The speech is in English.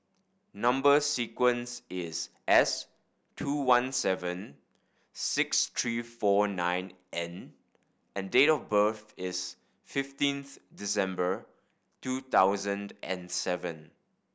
number sequence is S two one seven six three four nine N and date of birth is fifteenth December two thousand and seven